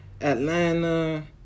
Atlanta